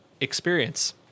experience